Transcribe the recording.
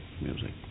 music